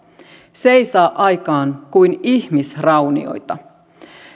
se ei saa aikaan kuin ihmisraunioita